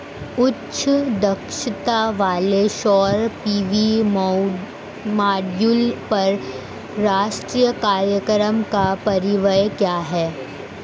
उच्च दक्षता वाले सौर पी.वी मॉड्यूल पर राष्ट्रीय कार्यक्रम का परिव्यय क्या है?